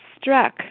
struck